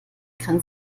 kann